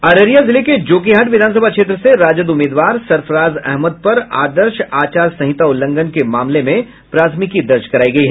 अररिया जिले के जोकीहाट विधानसभा क्षेत्र से राजद उम्मीदवार सरफराज अहमद पर आदर्श आचार संहिता उल्लंघन के मामले में प्राथमिकी दर्ज की गयी